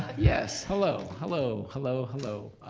yes. hello hello hello hello,